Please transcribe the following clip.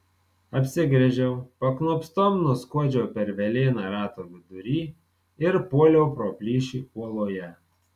apsigręžiau paknopstom nuskuodžiau per velėną rato vidury ir puoliau pro plyšį uoloje